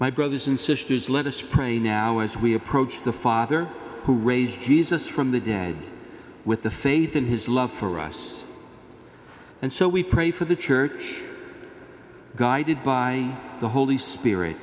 my brothers and sisters let us pray now as we approach the father who raised jesus from the dead with the faith in his love for us and so we pray for the church guided by the holy spirit